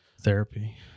Therapy